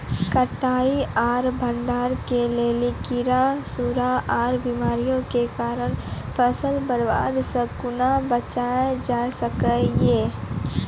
कटाई आर भंडारण के लेल कीड़ा, सूड़ा आर बीमारियों के कारण फसलक बर्बादी सॅ कूना बचेल जाय सकै ये?